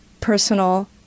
personal